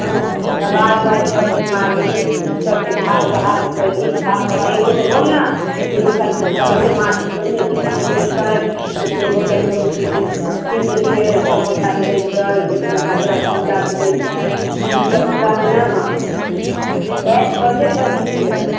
दवाइ ववाइ सभ चीज मारली सभके झाड़ू बहारू कयली साफ सफाइ होल ने एने माछी ओने झुठि ओने काँठि कत्ते होटलमे होइ छै से तीन दिनके समोसा दै दैछै एक महीनाके रसगुल्ला दे दैछै उसभ हमरामे नहि है सभ ताजे ताजी मिलत